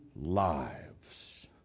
lives